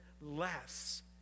less